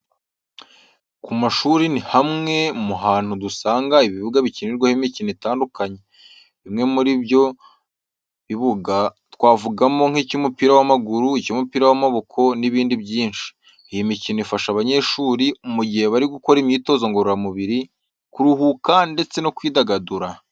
Ku mashuri ni hamwe mu hantu dusanga ibibuga bikinirwaho imikino itandukanye. Bimwe muri ibyo bibuga twavugamo nk'icyumupira w'amaguru, icy'umupira w'amaboko n'ibindi byinshi. Iyi mikino ifasha abanyeshuri mu gihe bari gukora imyitozo ngororamubiri, kuruhuka ndetse no kwidagadura.